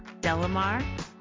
delamar